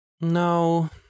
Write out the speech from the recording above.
No